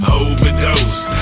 overdose